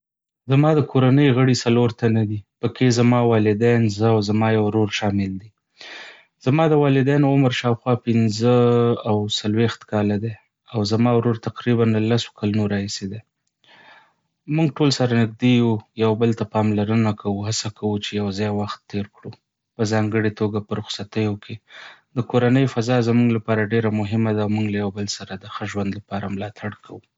زما د کورنۍ غړي څلور تنه دي، پکې زما والدین، زه او زما یو ورور شامل دي. زما د والدینو عمر شاوخوا پنځه او څلوېښت کاله دی، او زما ورور تقریبا له لسو کلونو راهیسې دی. موږ ټول سره نږدې یو، یو بل ته پاملرنه کوو او هڅه کوو چې یو ځای وخت تېر کړو، په ځانګړي توګه په رخصتیو کې. د کورنۍ فضا زموږ لپاره ډېره مهمه ده او موږ له یو بل سره د ښه ژوند لپاره ملاتړ کوو.